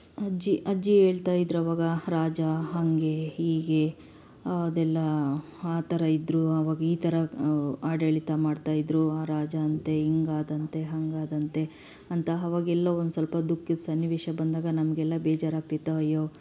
ಅಜ್ಜಿ ಅಜ್ಜಿ ಹೇಳ್ತಾ ಇದ್ರು ಅವಾಗ ರಾಜ ಹಾಗೆ ಹೀಗೆ ಅದೆಲ್ಲ ಆ ಥರ ಇದ್ದರು ಅವಾಗ ಈ ಥರ ಆಡಳಿತ ಮಾಡ್ತಾ ಇದ್ದರು ಆ ರಾಜ ಅಂತೆ ಹೀಗಾದಂತೆ ಹಾಗಾದಂತೆ ಅಂತ ಅವಗೆಲ್ಲೋ ಒಂದು ಸ್ವಲ್ಪ ದುಃಖದ ಸನ್ನಿವೇಶ ಬಂದಾಗ ನಮಗೆಲ್ಲ ಬೇಜಾರಾಗ್ತಿತ್ತು ಅಯ್ಯೋ